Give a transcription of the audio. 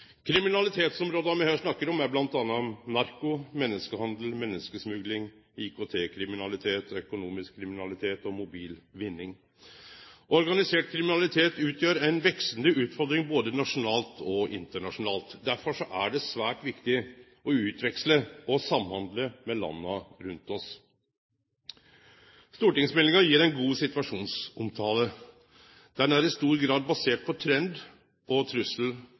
Kriminalitetsområda me her snakkar om, er bl.a. narkotika, menneskehandel, menneskesmugling, IKT-kriminalitet, økonomisk kriminalitet og mobil vinningskriminalitet. Organisert kriminalitet utgjer ei veksande utfordring både nasjonalt og internasjonalt. Derfor er det svært viktig å utveksle og samhandle med landa rundt oss. Stortingsmeldinga gir ein god situasjonsomtale. Den er i stor grad basert på trend- og